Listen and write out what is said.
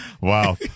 Wow